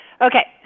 Okay